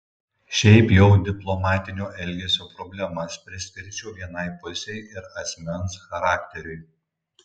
šiaip jau diplomatinio elgesio problemas priskirčiau vienai pusei ir asmens charakteriui